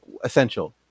essential